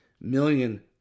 million